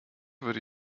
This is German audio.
würde